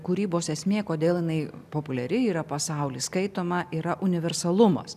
kūrybos esmė kodėl jinai populiari yra pasauly skaitoma yra universalumas